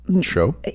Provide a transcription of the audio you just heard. show